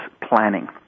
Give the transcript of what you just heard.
planning